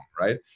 right